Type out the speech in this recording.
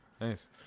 Nice